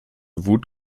wut